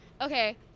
Okay